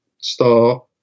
Star